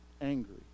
angry